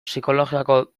psikologiako